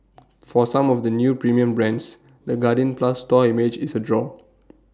for some of the new premium brands the guardian plus store image is A draw